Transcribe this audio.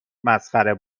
مسخره